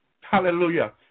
Hallelujah